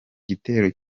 gitero